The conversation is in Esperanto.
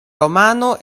romano